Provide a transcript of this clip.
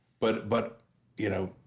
but but, you know,